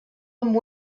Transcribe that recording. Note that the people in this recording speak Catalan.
amb